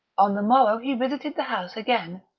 on the morrow he visited the house again,